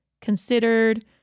considered